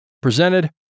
presented